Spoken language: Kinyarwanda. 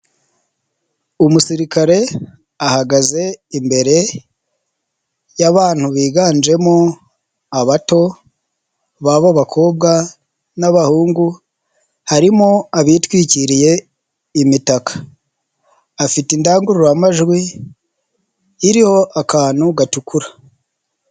Umusirikare ahagaze imbere y'abantu biganjemo abato baba abakobwa n'abahungu harimo abitwikiriye imitaka, afite indangururamajwi iriho akantu gatukura.